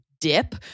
dip